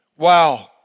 Wow